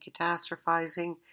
catastrophizing